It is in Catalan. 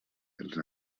als